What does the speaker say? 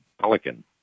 Pelican